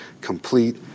complete